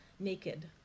naked